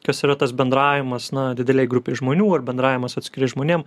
kas yra tas bendravimas na didelėj grupėj žmonių ar bendravimas su atskirais žmonėm